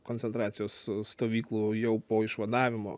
koncentracijos stovyklų jau po išvadavimo